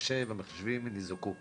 והמחשבים ניזוקו.